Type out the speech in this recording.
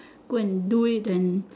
go and do it and